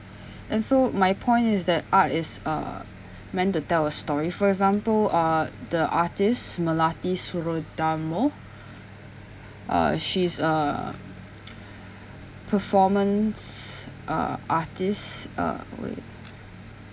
and so my point is that art is uh meant to tell a story for example uh the artist melati-suryodarmo uh she's a performance uh artist uh wait